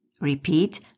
Repeat